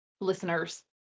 listeners